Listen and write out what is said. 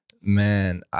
Man